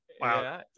wow